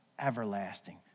everlasting